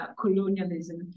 colonialism